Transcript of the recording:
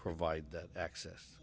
provide that access